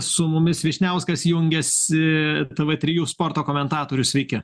su mumis vyšniauskas jungiasi tv trijų sporto komentatorius sveiki